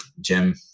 Jim